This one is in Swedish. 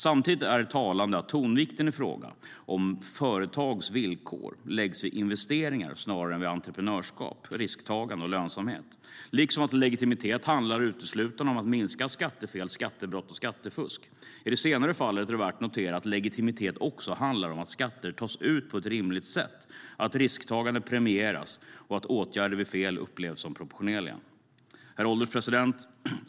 Samtidigt är det talande att tonvikten i fråga om företags villkor läggs vid investeringar snarare än entreprenörskap, risktagande och lönsamhet, liksom att legitimitet uteslutande handlar om att minska skattefel, skattebrott och skattefusk. I det senare fallet är det värt att notera att legitimitet också handlar om att skatter tas ut på ett rimligt sätt, att risktagande premieras och att åtgärder vid fel upplevs som proportionerliga. Herr ålderspresident!